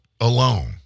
alone